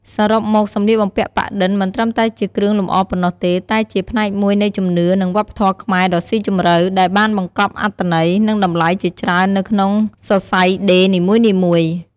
សរុបមកសម្លៀកបំពាក់ប៉ាក់-ឌិន មិនត្រឹមតែជាគ្រឿងលម្អប៉ុណ្ណោះទេ តែជា ផ្នែកមួយនៃជំនឿ និងវប្បធម៌ខ្មែរដ៏ស៊ីជម្រៅ ដែលបានបង្កប់អត្ថន័យ និងតម្លៃជាច្រើននៅក្នុងសរសៃដេរនីមួយៗ។